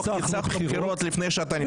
ניצחנו בחירות לפני שאתה ניצחת,